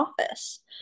office